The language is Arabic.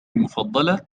المفضلة